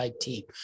team